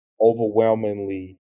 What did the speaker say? overwhelmingly